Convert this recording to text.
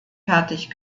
fertig